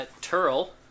Turl